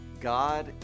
God